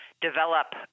develop